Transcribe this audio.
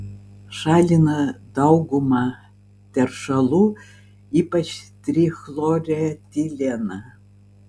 šalina daugumą teršalų ypač trichloretileną